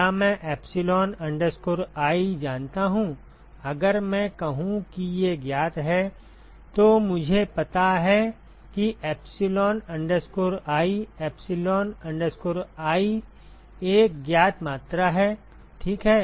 क्या मैं epsilon i जानता हूं अगर मैं कहूं कि ये ज्ञात हैं तो मुझे पता है कि epsilon i epsilon i एक ज्ञात मात्रा है ठीक है